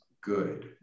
good